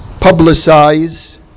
publicize